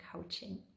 coaching